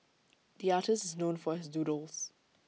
the artist is known for his doodles